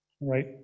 right